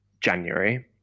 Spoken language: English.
January